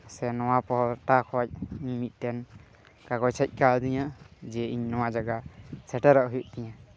ᱥᱮ ᱱᱚᱣᱟ ᱯᱟᱦᱴᱟ ᱠᱷᱚᱱ ᱤᱧ ᱢᱤᱫᱴᱮᱱ ᱠᱟᱜᱚᱡᱽ ᱦᱮᱡ ᱠᱟᱣᱫᱤᱧᱟ ᱡᱮ ᱤᱧ ᱱᱚᱣᱟ ᱡᱟᱭᱜᱟ ᱥᱮᱴᱮᱨᱚᱜ ᱦᱩᱭᱩᱜ ᱛᱤᱧᱟᱹ